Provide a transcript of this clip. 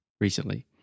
recently